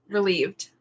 Relieved